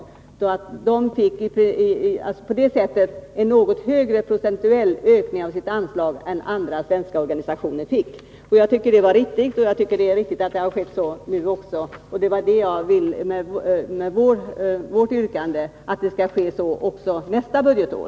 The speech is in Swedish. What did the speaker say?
Invandrarorganisationerna fick på det sättet en något högre procentuell ökning av sitt anslag än andra organisationer. Jag tyckte detta var riktigt, och jag tycker det är riktigt att så har skett också nu. Vårt yrkande innebär att den här metoden skall tillämpas också nästa budgetår.